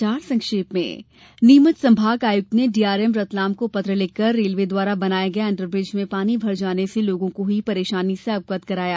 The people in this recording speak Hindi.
समाचार संक्षेप में नीमच संभागायुक्त ने डीआरएम रतलाम को पत्र लिखकर रेलवे द्वारा बनाये गये अण्डरब्रीज में पानी भर जाने से लोगों को हुई परेशानी से अवगत कराया